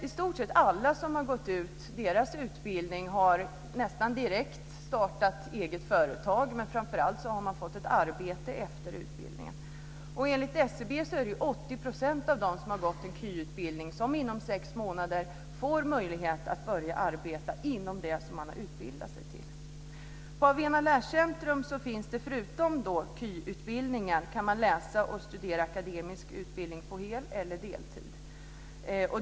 I stort sett alla som har gått ut deras utbildning har nästan direkt startat eget företag. Men framför allt har man fått ett arbete efter utbildningen. Enligt SCB har 80 % av dem som har gått en KY inom sex månader fått möjlighet att börja arbeta inom det som man har utbildat sig till. På Avena Lärcentrum finns förutom KY också möjlighet till akademisk utbildning på hel eller deltid.